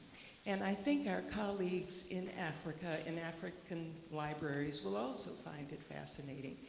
and i think our colleagues in africa, in african libraries, will also find it fascinating.